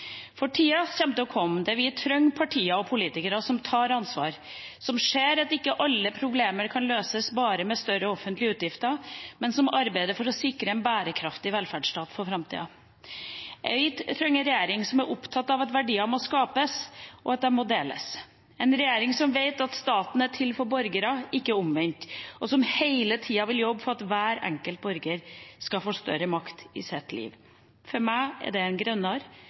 For tida kommer til å komme da vi trenger partier og politikere som tar ansvar, som ser at ikke alle problemer kan løses bare med større offentlige utgifter, men som arbeider for å sikre en bærekraftig velferdsstat for framtida. Vi trenger en regjering som er opptatt av at verdier må skapes, og at de må deles – en regjering som vet at staten er til for borgerne, og ikke omvendt, og som hele tida vil jobbe for at hver enkelt borger skal få større makt i sitt liv. For meg er det en grønnere,